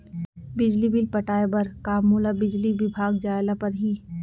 बिजली बिल पटाय बर का मोला बिजली विभाग जाय ल परही?